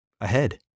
ahead